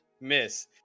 Miss